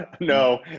No